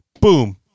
boom